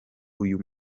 uyu